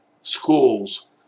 schools